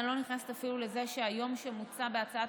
אני אפילו לא נכנסת לזה שהיום שמוצע בהצעת